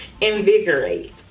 invigorate